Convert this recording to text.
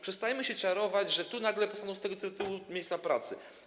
Przestańmy się czarować, że tu nagle powstaną z tego tytułu miejsca pracy.